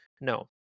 No